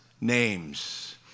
names